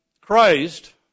Christ